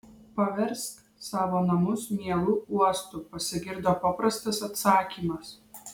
paversk savo namus mielu uostu pasigirdo paprastas atsakymas